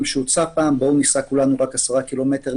שהוצע פעם בואו ניסע כולנו רק 10 קמ"ש,